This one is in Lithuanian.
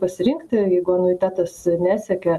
pasirinkti jeigu anuitetas nesiekia